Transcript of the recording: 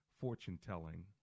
fortune-telling